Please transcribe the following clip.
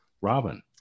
Robin